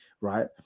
Right